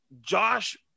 josh